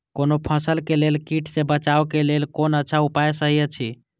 कोनो फसल के लेल कीट सँ बचाव के लेल कोन अच्छा उपाय सहि अछि?